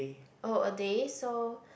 oh a day so